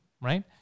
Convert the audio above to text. right